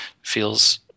feels